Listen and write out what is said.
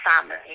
family